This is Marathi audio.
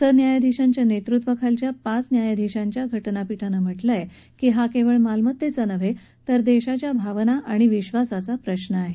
सरन्यायाधीशांच्या नेतृत्वाखालच्या पाच न्यायाधीशांच्या घटनापीठानं म्हटलंय की हा केवळ मालमतेचा नव्हे तर देशाच्या भावना आणि विश्वासाचा प्रश्न आहे